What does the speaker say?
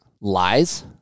lies